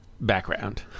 Background